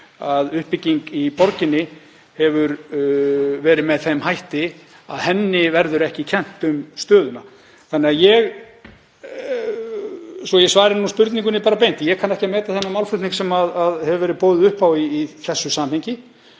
að uppbygging í borginni hefur verið með þeim hætti að henni verður ekki kennt um stöðuna. Svo að ég svari spurningunni bara beint þá kann ég ekki að meta þann málflutning sem boðið hefur verið upp á í þessu samhengi.